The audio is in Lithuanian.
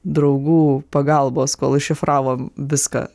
draugų pagalbos kol iššifravom viską